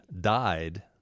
died